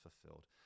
fulfilled